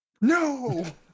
no